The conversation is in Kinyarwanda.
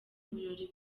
birori